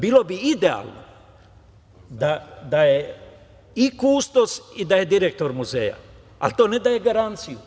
Bilo bi idealno da je i kustos i direktor muzeja, ali to ne daje garanciju.